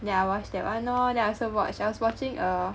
yeah I watch that [one] lor then I also watch I was watching a